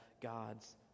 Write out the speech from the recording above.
God's